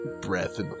breath